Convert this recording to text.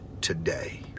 today